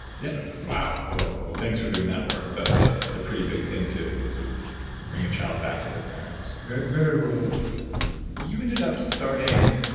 yeah wow, whoa, well thanks for doing that work. that's ah that's a pretty big thing to to bring a child back to their parents very very rewarding you ended up starting.